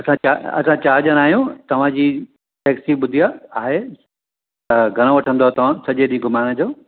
असां चा असां चारि ॼणा आहियूं तव्हांजी टैक्सी ॿुधी आहे आहे त घणो वठंदव तव्हां सॼे ॾींहुं घुमाइण जो